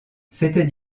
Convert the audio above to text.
s’était